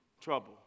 Trouble